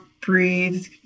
breathe